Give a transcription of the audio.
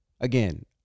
again